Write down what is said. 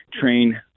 train